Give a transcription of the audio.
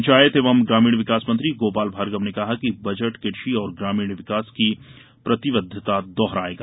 पंचायत एवं ग्रामीण विकास मंत्री गोपाल भार्गव ने कहा कि बजट कृषि और ग्रामीण विकास की प्रतिबद्धता दोहरायेगा